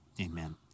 Amen